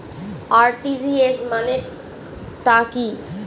RTGS মানে টা কি?